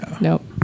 Nope